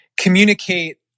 communicate